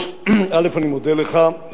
פשוט מנהל הסיעה שלנו